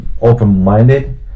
open-minded